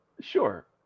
Sure